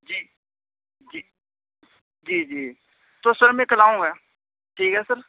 جی جی جی جی تو سر میں کل آؤں گا ٹھیک ہے سر